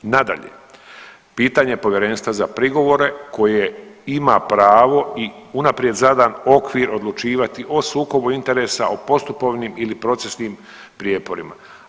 Nadalje, pitanje povjerenstva za prigovore koje ima pravo i unaprijed zadan okvir odlučivati o sukobu interesa, o postupovnim ili procesnim prijeporima.